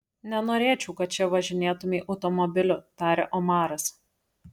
nenorėčiau kad čia važinėtumei automobiliu tarė omaras